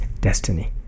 destiny